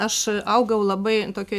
aš augau labai tokioj